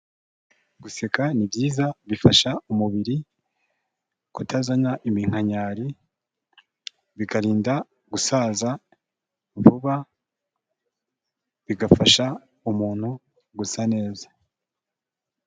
Guseka ni byiza bifasha umubiri kutazana iminkanyari, bikarinda gusaza vuba, bigafasha umuntu gusa neza.